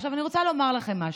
עכשיו, אני רוצה לומר לכם משהו: